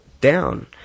down